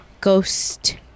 ghost